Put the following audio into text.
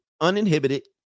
Uninhibited